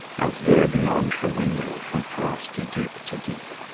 out there beyond her window, from frosty deep to deep,